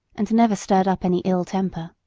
and never stirred up any ill-temper.